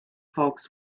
folks